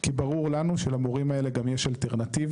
כי ברור לנו שלמורים האלה יש אלטרנטיבה.